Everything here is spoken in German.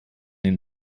den